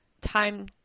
time